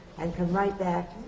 and come right back,